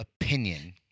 opinion